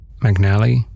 McNally